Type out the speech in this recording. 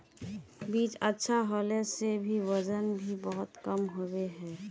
बीज अच्छा होला से भी वजन में बहुत कम होबे है?